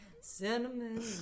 Cinnamon